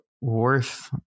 worth